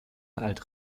alt